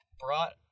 brought